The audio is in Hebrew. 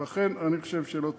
לכן אני חושב שלא צריך.